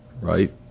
right